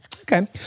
Okay